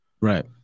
Right